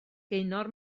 gaynor